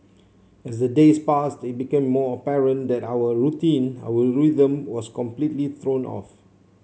as the days passed it became more apparent that our routine our rhythm was completely thrown off